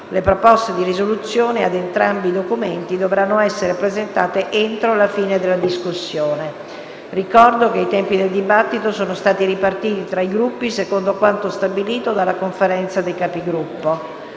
Le proposte di risoluzione ad entrambi i documenti dovranno essere presentate entro la fine della discussione. Ricordo che i tempi della discussione sono stati ripartiti tra i Gruppi secondo quanto stabilito dalla Conferenza dei Capigruppo.